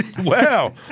Wow